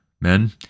men